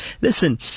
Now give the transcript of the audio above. listen